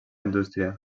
indústria